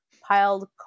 piled